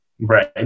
Right